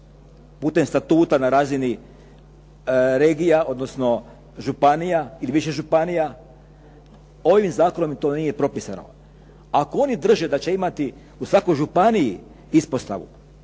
putem statuta na razini regija, odnosno županija ili više županija, ovim zakonom to nije propisano. Ako oni drže da će imati u svakoj županiji ispostavu